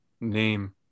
name